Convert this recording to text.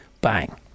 bang